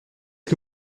que